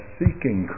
seeking